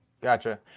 Gotcha